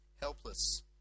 helpless